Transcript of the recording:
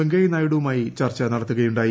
വെങ്കയ്യ നായിഡുവുമായി ചർച്ച നടത്തുകയു നായി